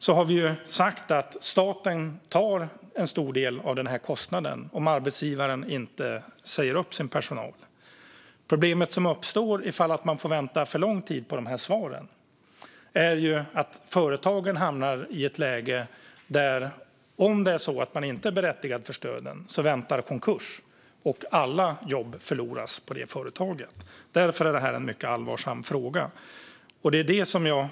Vi har ju sagt att staten ska ta en stor del av den här kostnaden om arbetsgivaren inte säger upp sin personal. Problemet som uppstår ifall man får vänta för lång tid på svaret är att om företaget inte är berättigat till stödet väntar konkurs och alla jobb förloras på företaget. Därför är det här en mycket allvarlig fråga. Fru talman!